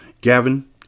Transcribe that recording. Gavin